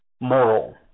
moral